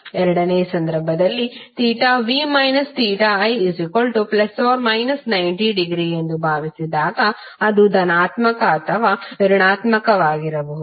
ಎರಡನೆಯ ಸಂದರ್ಭದಲ್ಲಿv θi±90° ಎಂದು ಭಾವಿಸಿದಾಗ ಅದು ಧನಾತ್ಮಕ ಅಥವಾ ಋಣಾತ್ಮಕವಾಗಿರಬಹುದು